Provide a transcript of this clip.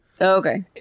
okay